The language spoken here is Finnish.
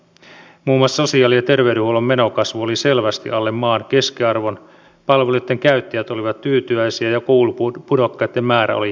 muun muassa sosiaali ja terveydenhuollon menokasvu oli selvästi alle maan keskiarvon palveluitten käyttäjät olivat tyytyväisiä ja koulupudokkaitten määrä oli minimaalinen